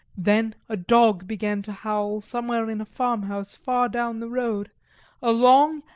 then a dog began to howl somewhere in a farmhouse far down the road a long,